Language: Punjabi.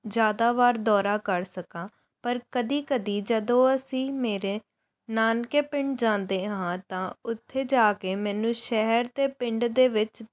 ਜ਼ਿਆਦਾ ਵਾਰ ਦੌਰਾ ਕਰ ਸਕਾਂ ਪਰ ਕਦੇ ਕਦੇ ਜਦੋਂ ਅਸੀਂ ਮੇਰੇ ਨਾਨਕੇ ਪਿੰਡ ਜਾਂਦੇ ਹਾਂ ਤਾਂ ਉੱਥੇ ਜਾ ਕੇ ਮੈਨੂੰ ਸ਼ਹਿਰ ਅਤੇ ਪਿੰਡ ਦੇ ਵਿੱਚ